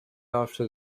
after